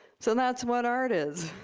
so that's what art is